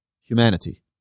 humanity